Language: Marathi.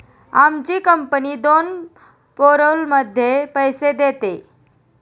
आमची कंपनी दोन पॅरोलमध्ये पैसे देते